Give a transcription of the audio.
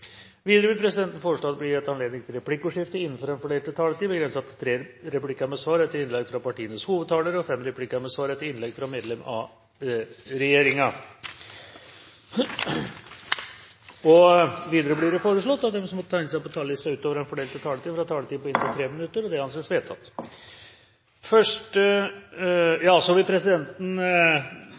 Videre vil presidenten foreslå at det gis anledning til replikkordskifte på inntil tre replikker med svar etter innlegg fra partienes hovedtalere og fem replikker med svar etter innlegg fra medlem av regjeringen innenfor den fordelte taletid. Videre blir det foreslått at de som måtte tegne seg på talerlisten utover den fordelte taletid, får en taletid på inntil 3 minutter. – Det anses vedtatt. Presidenten